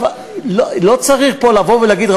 לא צריך פה לבוא ולהגיד,